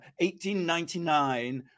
1899